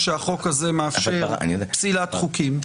שהחוק הזה מאפשר פסילת חוקים.